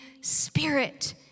Spirit